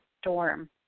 storm